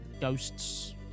Ghosts